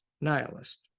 nihilist